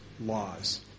laws